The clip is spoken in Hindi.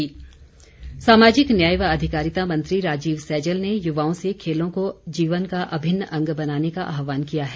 सैजल सामाजिक न्याय व अधिकारिता मंत्री राजीव सैजल ने युवाओं से खेलों को जीवन का अभिन्न अंग बनाने का आहवान किया है